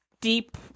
deep